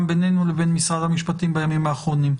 בינינו לבין משרד המשפטים בימים האחרונים.